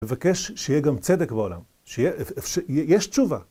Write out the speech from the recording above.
מבקש שיהיה גם צדק בעולם, יש תשובה.